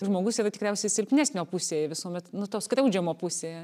žmogus yra tikriausiai silpnesnio pusėje visuomet nu to skriaudžiamo pusėje